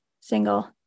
single